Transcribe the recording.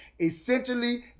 essentially